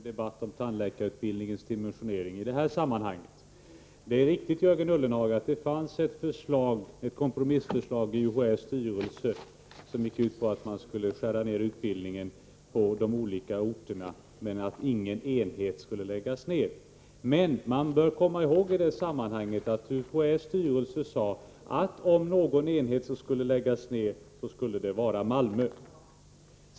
Herr talman! Det förvånar mig mycket att Jörgen Ullenhag i detta sammanhang vill dra upp en debatt om tandläkarutbildningens dimensionering. Det är riktigt, Jörgen Ullenhag, att det i UHÄ:s styrelse fanns ett kompromissförslag, som gick ut på att skära ned utbildningen på de olika orterna men att ingen enhet skulle läggas ned. Man bör i det sammanhanget komma ihåg att UHÄ:s styrelse sade, att om någon enhet skulle läggas ned skulle det vara i Malmö.